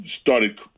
started